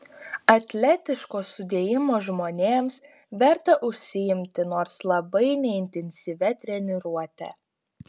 atletiško sudėjimo žmonėms verta užsiimti nors labai neintensyvia treniruote